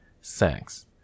sex